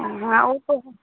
हाँ वह तो